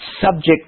Subject